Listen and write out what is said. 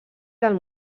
del